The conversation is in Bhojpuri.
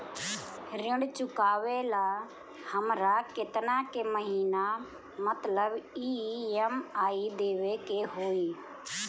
ऋण चुकावेला हमरा केतना के महीना मतलब ई.एम.आई देवे के होई?